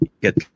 get